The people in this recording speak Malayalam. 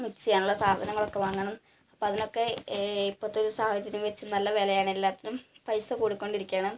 മിക്സ് ചെയ്യാനുള്ള സാധനങ്ങളൊക്കെ വാങ്ങണം അപ്പം അതിനൊക്കെ ഇപ്പോഴത്തെ ഒരു സാഹചര്യം വച്ച് നല്ല വിലയാണ് എല്ലാത്തിനും പൈസ കൂടിക്കൊണ്ടിരിക്കുകയണ്